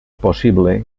possible